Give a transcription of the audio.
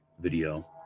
video